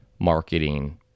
marketing